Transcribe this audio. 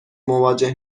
مواجه